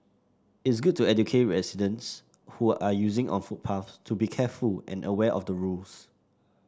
it's good to educate residents who are using on footpaths to be careful and aware of the rules